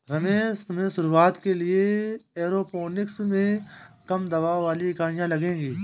रमेश तुम्हें शुरुआत के लिए एरोपोनिक्स में कम दबाव वाली इकाइयां लगेगी